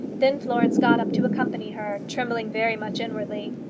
then florence got up to accompany her, trembling very much inwardly.